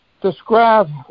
Describe